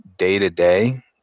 day-to-day